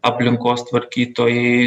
aplinkos tvarkytojai